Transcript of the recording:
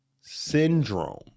syndrome